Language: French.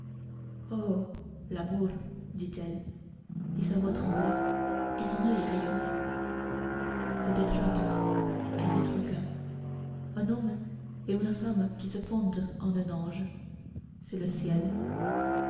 oh l'amour dit-elle et sa voix tremblait et son oeil rayonnait c'est être deux et n'être qu'un un homme et une femme qui se fondent en un ange c'est le ciel